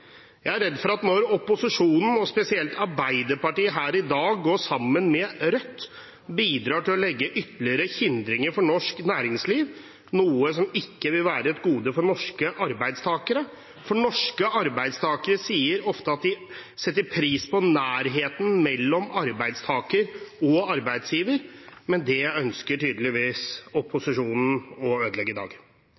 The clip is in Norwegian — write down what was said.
Jeg er redd at når opposisjonen, og spesielt Arbeiderpartiet, her i dag går sammen med Rødt, bidrar det til å legge ytterligere hindringer for norsk næringsliv, noe som ikke vil være et gode for norske arbeidstakere. For norske arbeidstakere sier ofte at de setter pris på nærheten mellom arbeidstaker og arbeidsgiver, men det ønsker tydeligvis